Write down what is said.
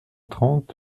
trente